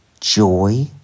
joy